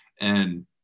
And-